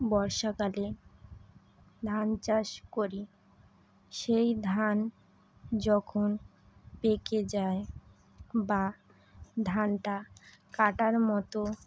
বর্ষাকালে ধান চাষ করি সেই ধান যখন পেকে যায় বা ধানটা কাটার মতো